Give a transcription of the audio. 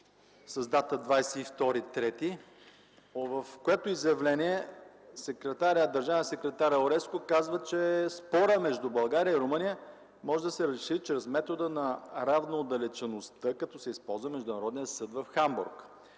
с дата 22 март, в което изявление държавният секретар Ауреску казва, че спорът между България и Румъния може да се разреши чрез метода на равноотдалечеността, като се използва международният съд в Хамбург.